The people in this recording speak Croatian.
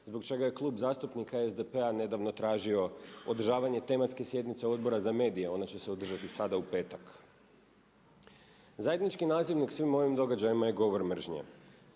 zbog čega je Klub zastupnika SDP-a nedavno tražio održavanje tematske sjednice Odbora za medije, ona će se održati sada u petak. Zajednički nazivnik svim ovim događajima je govor mržnje.